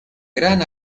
gran